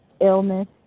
illness